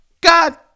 God